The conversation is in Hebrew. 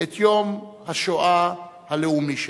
את יום השואה הלאומי שלנו,